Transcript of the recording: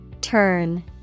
Turn